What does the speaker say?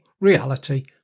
reality